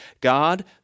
God